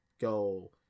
go